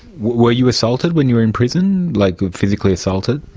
where you assaulted when you were in prison, like physically assaulted,